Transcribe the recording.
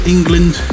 England